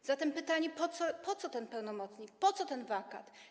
A zatem pytanie: Po co ten pełnomocnik, po co ten wakat?